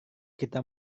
kita